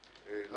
כדי שנוכל להביא